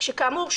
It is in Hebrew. כאמור,